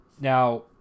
now